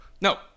No